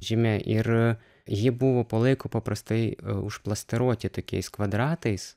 žymė ir ji buvo po laiko paprastai užplasteruoti tokiais kvadratais